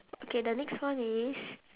okay the next one is